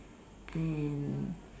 and